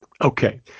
Okay